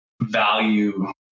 value